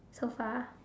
so far